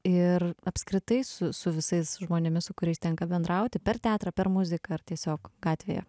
ir apskritai su su visais žmonėmis su kuriais tenka bendrauti per teatrą per muziką ar tiesiog gatvėje